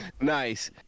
Nice